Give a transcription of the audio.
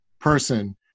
person